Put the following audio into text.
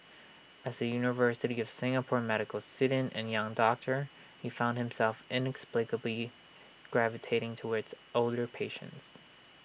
as A university of Singapore medical student and young doctor he found himself inexplicably gravitating towards older patients